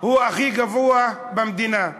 הוא הכי גבוה במדינה.